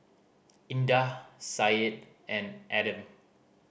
Indah Syed and Adam